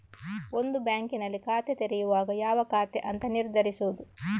ಒಂದು ಬ್ಯಾಂಕಿನಲ್ಲಿ ಖಾತೆ ತೆರೆಯುವಾಗ ಯಾವ ಖಾತೆ ಅಂತ ನಿರ್ಧರಿಸುದು